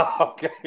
Okay